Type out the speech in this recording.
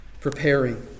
Preparing